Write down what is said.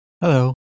Hello